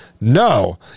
no